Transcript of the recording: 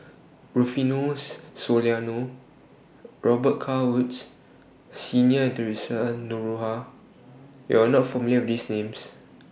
Rufino Soliano Robet Carr Woods Senior and Theresa Noronha YOU Are not familiar with These Names